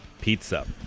pizza